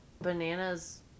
bananas